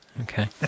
Okay